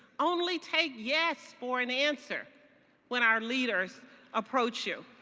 only take yes for an answer when our leaders approach you.